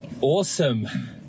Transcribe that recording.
Awesome